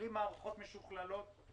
בלי מערכות משוכללות,